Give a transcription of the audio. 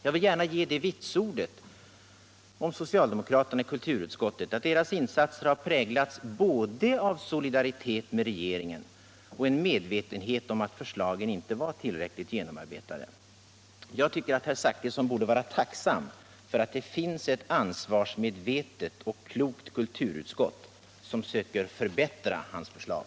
Jag vill gärna ge det vitsordet om socialdemokraterna i kulturutskottet att deras insats präglats både av solidaritet med regeringen och av medvetenhet om att förslagen inte var tillräckligt genomarbetade. Jag tycker att herr Zachrisson borde vara tacksam för att det finns ett ansvarsmedvetet och klokt kulturutskott som försöker förbättra hans förslag.